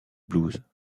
blues